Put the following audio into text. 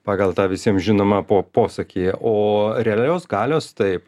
pagal tą visiems žinomą po posakį o realios galios taip